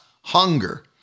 hunger